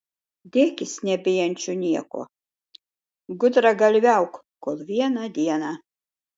dėkis nebijančiu nieko gudragalviauk kol vieną dieną